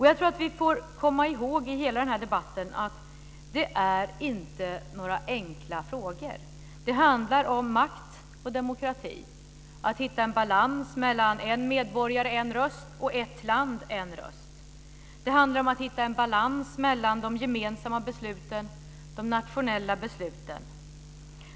Jag tror att vi får komma ihåg i hela den här debatten att det inte är några enkla frågor. Det handlar om makt och demokrati, om att hitta en balans mellan en medborgare, en röst och ett land, en röst. Det handlar om att hitta en balans mellan de gemensamma besluten och de nationella besluten.